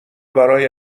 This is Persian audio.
برای